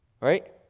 Right